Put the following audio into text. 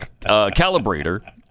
calibrator